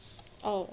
oh